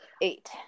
eight